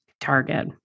target